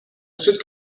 sud